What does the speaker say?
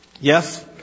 Yes